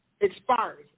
expires